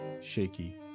shaky